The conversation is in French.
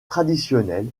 traditionnelle